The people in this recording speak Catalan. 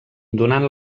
donant